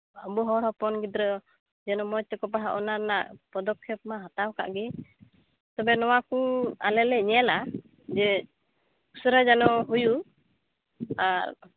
ᱟᱵᱚ ᱦᱚᱲ ᱦᱚᱯᱚᱱ ᱜᱤᱫᱽᱨᱟᱹ ᱡᱮᱱᱚ ᱢᱚᱡᱽ ᱛᱮᱠᱚ ᱯᱟᱲᱦᱟᱜ ᱚᱱᱟ ᱨᱮᱱᱟᱜ ᱯᱚᱫᱚᱠᱷᱮᱯ ᱢᱟ ᱦᱟᱛᱟᱣ ᱠᱟᱜ ᱜᱮ ᱛᱚᱵᱮ ᱱᱚᱣᱟ ᱠᱚ ᱟᱞᱮ ᱞᱮ ᱧᱮᱞᱟ ᱡᱮ ᱩᱥᱟᱹᱨᱟ ᱡᱮᱱᱚ ᱦᱩᱭᱩᱜ ᱟᱨ